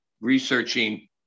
researching